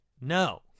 No